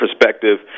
perspective